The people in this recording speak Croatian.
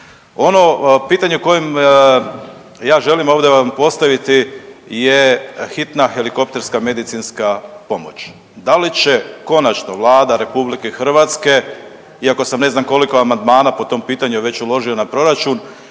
Ono pitanje koje ja želim vam ovdje postaviti je hitna helikopterska medicinska pomoć, da li će konačno Vlada RH iako sam ne znam koliko amandmana po tom pitanju već uložio na proračun,